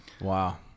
Wow